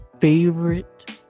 favorite